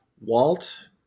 Walt